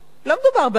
לא מדובר בהרבה.